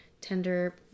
tender